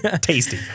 Tasty